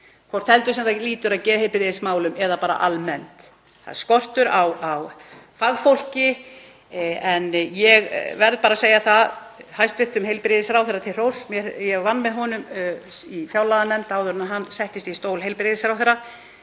hvort heldur það lýtur að geðheilbrigðismálum eða bara almennt. Það er skortur á fagfólki. En ég verð að segja hæstv. heilbrigðisráðherra það til hróss að ég vann með honum í fjárlaganefnd áður en hann settist í stól heilbrigðisráðherra